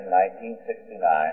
1969